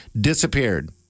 disappeared